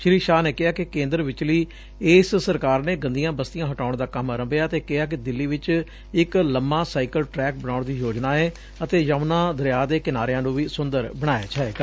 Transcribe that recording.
ਸ੍ਰੀ ਸ਼ਾਹ ਨੇ ਕਿਹਾ ਕਿ ਕੇਦਰ ਵਿਚਲੀ ਇਸ ਸਰਕਾਰ ਨੇ ਗੰਦੀਆ ਬਸਤੀਆਂ ਹਟਾਉਣ ਦਾ ਕੰਮ ਅਰੰਭਿਐ ਅਤੇ ਕਿਹਾ ਕਿ ਦਿੱਲੀ ਵਿਚ ਇਕ ਲੰਮਾ ਸਾਈਕਲ ਟਰੈਕ ਬਣਾਉਣ ਦੀ ਯੋਜਨਾ ਏ ਅਤੇ ਯਮੁਨਾ ਦਰਿਆ ਦੇ ਕਿਨਾਰਿਆ ਨੂੰ ਵੀ ਸੂੰਦਰ ਬਣਾਇਆ ਜਾਏਗਾ